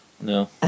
No